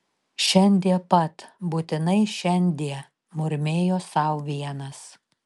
šiandie pat būtinai šiandie murmėjo sau vienas